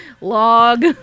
Log